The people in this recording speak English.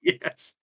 Yes